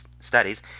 Studies